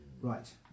Right